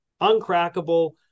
uncrackable